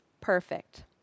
perfect